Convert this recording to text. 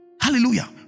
hallelujah